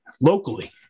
locally